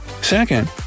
Second